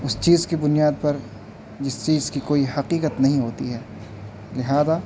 اس چیز کی بنیاد پر جس چیز کی کوئی حقیقت نہیں ہوتی ہے لہٰذا